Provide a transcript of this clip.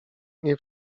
nie